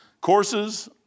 courses